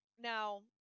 Now